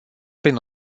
prin